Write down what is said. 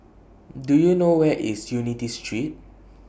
Do YOU know Where IS Unity Street